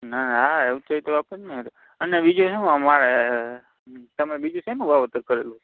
ના ના હા ઊંચાઈ તો આપે જ ને અને બીજું શું અમારે તમે બીજું શેનું વાવેતર કરેલું છે